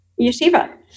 yeshiva